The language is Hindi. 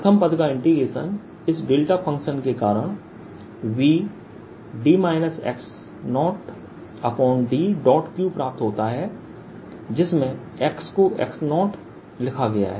प्रथम पद का इंटीग्रेशन इस डेल्टा फ़ंक्शन के कारण Vd x0dQ प्राप्त होता है जिसमें xको x0लिखा गया है